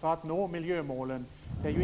för att nå miljömålen.